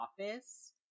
office